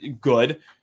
good